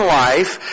life